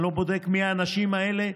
אני לא בודק מי האנשים האלה,